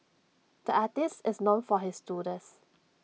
the artist is known for his doodles